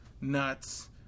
nuts